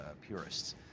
purists